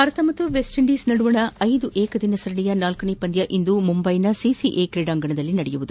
ಭಾರತ ಹಾಗೂ ವೆಸ್ಟ್ಇಂಡೀಸ್ ನಡುವಿನ ಐದು ಏಕದಿನ ಸರಣಿಯ ನಾಲ್ಕನೇ ಪಂದ್ಯ ಇಂದು ಮುಂಬೈನ ಸಿಸಿಎ ಕ್ರೀಡಾಂಗಣದಲ್ಲಿ ನಡೆಯಲಿದೆ